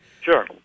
Sure